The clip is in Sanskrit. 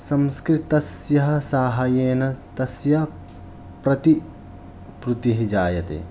संस्कृतस्य साहाय्येन तस्य प्रतिपूर्तिः जायते